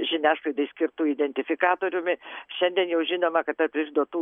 žiniasklaidai skirtu identifikatoriumi šiandien jau žinoma kad tarp išduotų